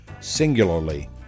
singularly